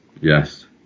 Yes